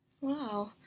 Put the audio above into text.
Wow